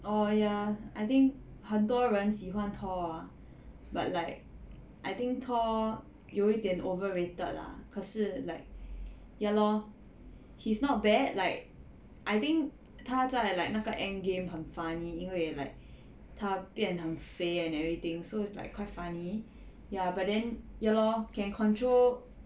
orh ya I think 很多人喜欢 thor ah but like I think thor 有一点 overrated lah 可是 like ya lor he's not bad like I think 他在 like 那个 end game 很 funny 因为 like 他变很肥 and everything so is like quite funny ya but then ya lor can control